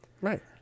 Right